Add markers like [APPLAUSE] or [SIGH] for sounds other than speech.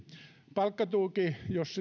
jos [UNINTELLIGIBLE]